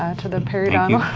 ah to the periodontal